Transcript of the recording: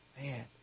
Man